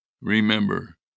Remember